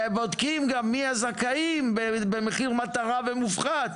וגם בודקים מי הזכאים במחיר מטרה ומופחת.